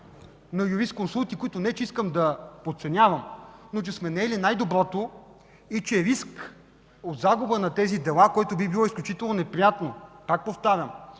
на юрисконсулти, които не че искам да подценявам, но че сме наели най-доброто, и че няма риск от загуба на тези дела, което би било изключително неприятно. Пак повтарям,